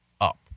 up